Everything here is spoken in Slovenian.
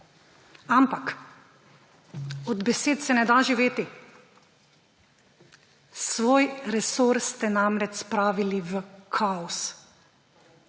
Ampak od besed se ne da živeti. Svoj resor ste namreč spravili v kaos.